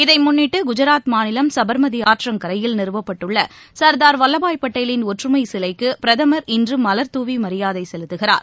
இதைமுன்னிட்டுகுஜராத் மாநிலம் சபர்மதிஆற்றங்கரையில் நிறுவப்பட்டுள்ளசர்தார் வல்லபாய் பட்டேலின் ஒற்றுமைசிலைக்குபிரதமர் இன்றுமலர்தூவிமரியாதைசெலுத்துகிறார்